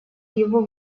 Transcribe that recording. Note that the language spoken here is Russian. его